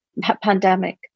pandemic